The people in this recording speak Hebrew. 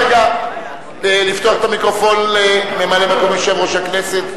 לפתוח את המיקרופון לממלא-מקום יושב-ראש הכנסת.